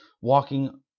walking